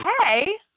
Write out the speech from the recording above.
hey